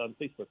Facebook